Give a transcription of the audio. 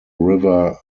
river